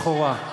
לכאורה.